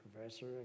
professor